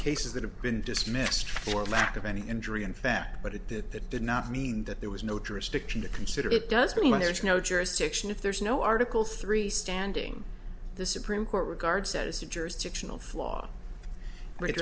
cases that have been dismissed for lack of any injury in fact but it did that did not mean that there was no jurisdiction to consider it does mean there is no jurisdiction if there is no article three standing the supreme court regards status of j